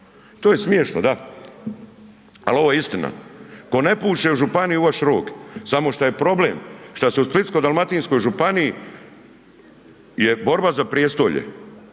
to je smiješno, da, ali ovo je istina, tko ne puše u županiji u vaš rog, samo što je problem što se u Splitsko-dalmatinskoj županiji je borba za prijestolje.